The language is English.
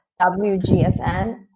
WGSN